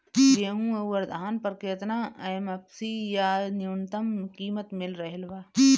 गेहूं अउर धान पर केतना एम.एफ.सी या न्यूनतम कीमत मिल रहल बा?